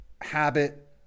habit